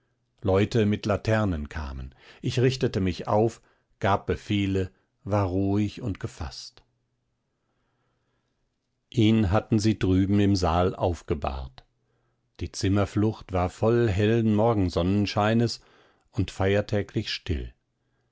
leute mit laternen kamen ich richtete mich auf gab befehle war ruhig und gefaßt ihn hatten sie drüben im saal aufgebahrt die zimmerflucht war voll hellen morgensonnenscheines und feiertäglich still